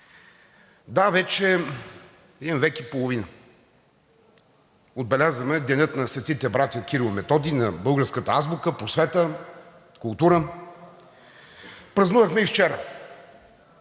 Да, вече един век и половина отбелязваме Деня на светите братя Кирил и Методий, на българската азбука, просвета, култура. Празнувахме и вчера